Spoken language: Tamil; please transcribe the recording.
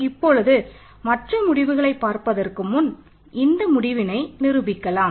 இப்பொழுது மற்ற முடிவுகளை பார்ப்பதற்கு முன் இந்த முடிவினை நிரூபிக்கலாம்